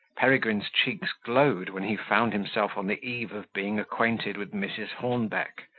peregrine's cheeks glowed when he found himself on the eve of being acquainted with mrs. hornbeck,